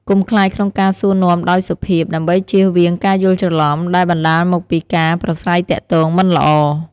កុំខ្លាចក្នុងការសួរនាំដោយសុភាព ដើម្បីជៀសវាងការយល់ច្រឡំដែលបណ្ដាលមកពីការប្រាស្រ័យទាក់ទងមិនល្អ។